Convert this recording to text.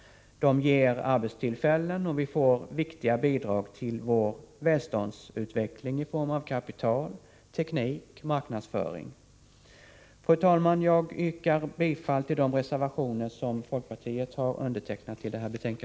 De ger arbetstillfällen och vi får viktiga bidrag till vår välståndsutveckling i form av kapital, teknik och marknadsföring. Fru talman! Jag yrkar bifall till folkpartireservationerna.